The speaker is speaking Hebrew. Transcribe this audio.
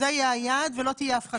זה יהיה היעד ולא תהיה הפחתה.